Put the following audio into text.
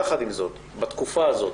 יחד עם זאת, בתקופה הזאת,